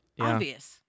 obvious